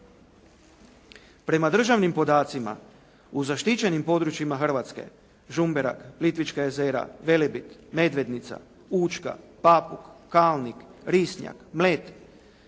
Prema državnim podacima u zaštićenim područjima Hrvatske Žumberak, Plitvička jezera, Velebit, Medvednica, Učka, Papuk, Kalnik, Risnjak, Mljet